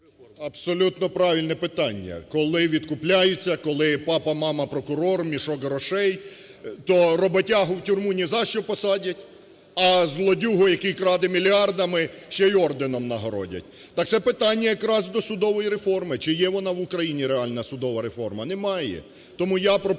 Абсолютно правильна питання, коли відкупляються, коли папа-мама прокурор, мішок грошей, то роботягу в тюрму нізащо посадять, а злодюгу, який краде мільярдами, ще й орденом нагородять. Так це питання якраз до судової реформи: чи є вона в Україні, реальна судова реформа. Немає! Тому я пропоную